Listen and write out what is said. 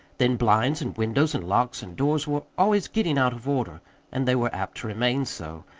then blinds and windows and locks and doors were always getting out of order and they were apt to remain so,